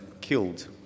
killed